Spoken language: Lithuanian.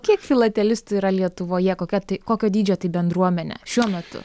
kiek filatelistų yra lietuvoje kokia tai kokio dydžio tai bendruomenė šiuo metu